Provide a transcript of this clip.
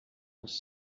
els